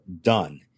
done